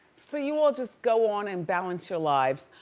so you all just go on and balance your lives.